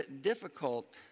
difficult